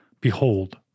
Behold